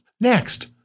Next